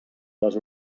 les